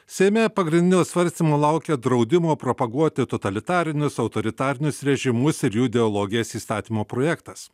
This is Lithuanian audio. seime pagrindinio svarstymo laukia draudimo propaguoti totalitarinius autoritarinius režimus ir jų ideologijas įstatymo projektas